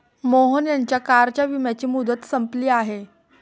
मोहन यांच्या कारच्या विम्याची मुदत संपली आहे